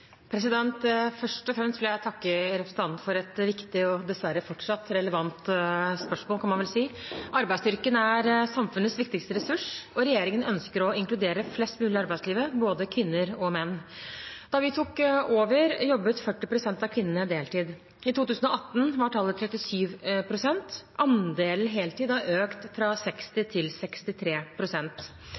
Først og fremst vil jeg takke representanten for et viktig og dessverre fortsatt relevant spørsmål, kan man vel si. Arbeidsstyrken er samfunnets viktigste ressurs. Regjeringen ønsker å inkludere flest mulig i arbeidslivet, både kvinner og menn. Da vi tok over, jobbet 40 pst. av kvinnene deltid. I 2018 var tallet 37 pst. Andelen heltid har økt fra 60 pst. til